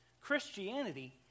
Christianity